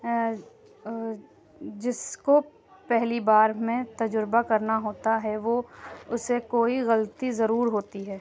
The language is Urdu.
جس کو پہلی بار میں تجربہ کرنا ہوتا ہے وہ اُسے کوئی غلطی ضرور ہوتی ہے